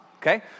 okay